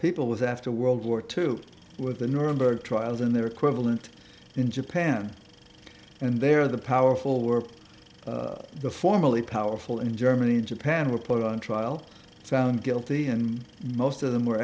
people was after world war two with the nuremberg trials and their equivalent in japan and there in the powerful were the formally powerful in germany japan were put on trial found guilty and most of them were